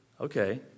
Okay